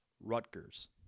Rutgers